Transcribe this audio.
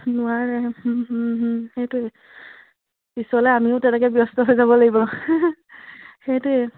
নোৱাৰে সেইটোৱে পিছলৈ আমিও তেনেকৈ ব্যস্ত হৈ যাব লাগিব সেইটোৱে